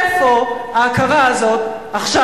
איפה ההכרה הזו עכשיו?